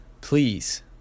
please